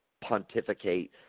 pontificate